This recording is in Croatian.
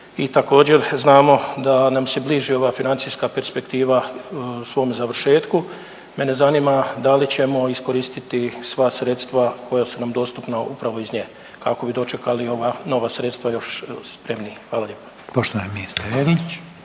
i također znamo da nam se bliži ova financijska perspektiva svom završetku. Mene zanima da li ćemo iskoristiti sva sredstva koja su nam dostupna upravo iz nje kako bi dočekali ova nova sredstva još spremniji. Hvala lijepa.